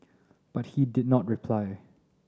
but he did not reply